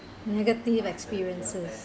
negative experiences